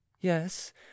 yes